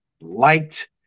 liked